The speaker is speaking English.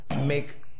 Make